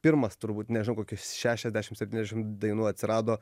pirmas turbūt nežinau kokius šešiasdešim septyniasdešim dainų atsirado